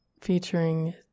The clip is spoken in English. featuring